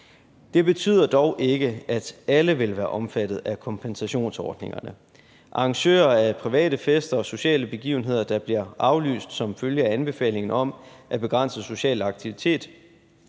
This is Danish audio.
Det betyder dog ikke, at alle vil være omfattet af kompensationsordningerne. Arrangører af private fester og sociale begivenheder, der bliver aflyst som følge af anbefalingen om at begrænse social aktivitet,